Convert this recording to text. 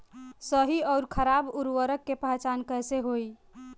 सही अउर खराब उर्बरक के पहचान कैसे होई?